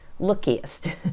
lookiest